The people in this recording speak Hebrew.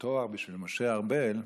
אם היית יודעת מה זה התואר בשביל משה ארבל,